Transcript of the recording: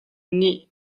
nih